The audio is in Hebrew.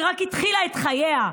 שרק התחילה את חייה.